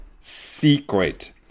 secret